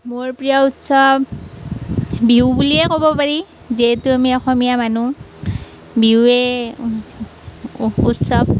মোৰ প্ৰিয় উৎসৱ বিহু বুলিয়ে ক'ব পাৰি যিহেতু আমি অসমীয়া মানুহ বিহুৱে উৎসৱ